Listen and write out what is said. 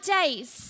days